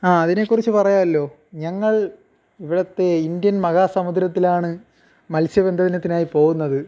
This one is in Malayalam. ആ അതിനെക്കുറിച്ച് പറയാമല്ലോ ഞങ്ങൾ ഇവിടുത്തെ ഇന്ത്യൻ മഹാസമുദ്രത്തിലാണ് മത്സ്യബന്ധനത്തിനായി പോകുന്നത്